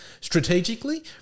Strategically